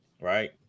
right